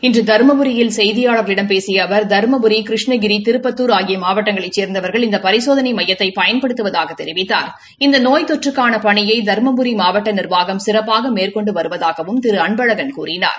இன்று தருமபுரியில் செய்தியாள்களிடம் பேசிய அவர் தருமபுரி கிருஷ்ணகிரி திருப்பத்துர் ஆகிய மாவட்டங்களைச் சேர்ந்தவர்கள் இந்த பரிசோதனை மையத்தை பயன்படுத்துவதாகத் தெரிவித்தார் இந்த நோய் தொற்றுக்கான பணியை தருமபுரி மாவட்ட நிர்வாகம் சிறப்பாக மேற்கொண்டு வருவதாகவும் திரு அன்பழகன் கூறினார்